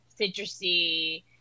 citrusy